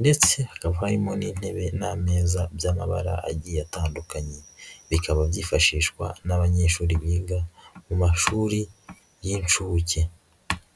ndetse hakaba harimo n'intebe n'ameza by'amabara agiye atandukanye, bikaba byifashishwa n'abanyeshuri biga mu mashuri y'inshuke.